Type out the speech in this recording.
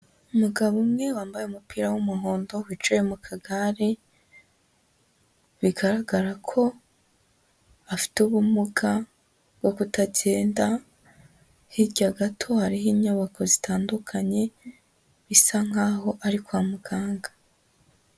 Umugabo umwe wambaye umupira w'umuhondo, wicaye mu kagare, bigaragara ko afite ubumuga bwo kutagenda, hirya gato hariho inyubako zitandukanye bisa nk'aho ari kwa muganga.